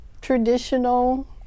traditional